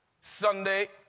Sunday